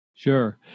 Sure